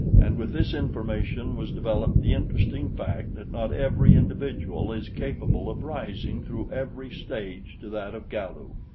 and with this information was developed the interesting fact that not every individual is capable of rising through every stage to that of galu.